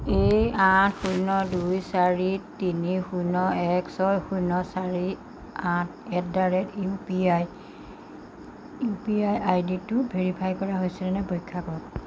এই আঠ শূণ্য দুই চাৰি তিনি শূণ্য এক ছয় শূণ্য চাৰি আঠ at the rate U P I U P I আইডিটো ভেৰিফাই কৰা হৈছেনে নাই পৰীক্ষা কৰক